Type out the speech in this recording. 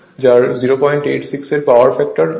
যার 086 এর power factor আছে